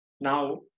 now